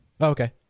Okay